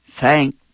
Thank